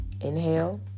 inhale